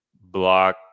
block